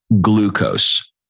glucose